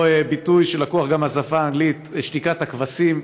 או ביטוי שלקוח גם מהשפה האנגלית, "שתיקת הכבשים".